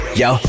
yo